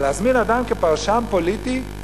אבל להזמין אדם כפרשן כלכלי,